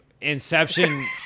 Inception